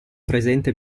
presente